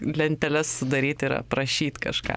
lenteles sudaryt ir aprašyt kažką